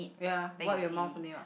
ya wipe your mouth only what